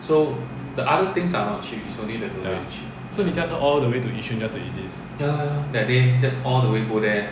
so 你驾车 all the way to yishun just to eat this